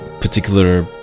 particular